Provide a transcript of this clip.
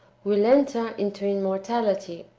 will enter into immortality?